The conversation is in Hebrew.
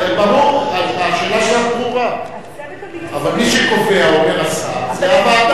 השאלה שלך ברורה, אבל מי שקובע זה הוועדה.